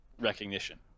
recognition